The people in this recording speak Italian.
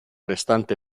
restante